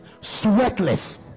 sweatless